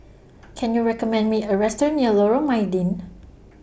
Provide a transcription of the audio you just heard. Can YOU recommend Me A Restaurant near Lorong Mydin